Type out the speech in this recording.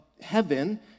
heaven